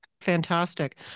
Fantastic